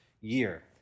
year